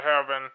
heaven